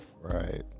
Right